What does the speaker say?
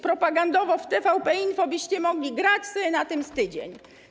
Propagandowo w TVP Info byście mogli grać sobie na tym z tydzień.